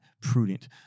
prudent